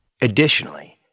Additionally